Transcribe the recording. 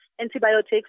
antibiotics